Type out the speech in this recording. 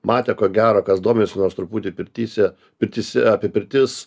matė ko gero kas domisi nors truputį pirtyse pirtyse apie pirtis